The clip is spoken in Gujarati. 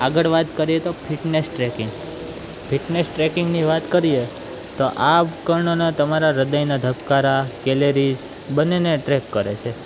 આગળ વાત કરીએ તો ફિટનેસ ટ્રેકિંગ ફિટનેસ ટ્રેકિંગની વાત કરીએ તો આ કણના તમારા રદયના ધબકારા કેલેરિસ બંનેને ટ્રેક કરે છે